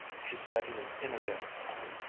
she said in an energetic tone,